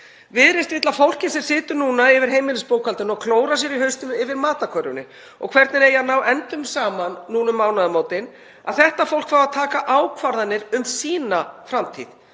Viðreisn vill að fólkið sem situr núna yfir heimilisbókhaldinu og klórar sér í hausnum yfir matarkörfunni og hvernig eigi að ná endum saman um mánaðamótin fái að taka ákvarðanir um sína framtíð.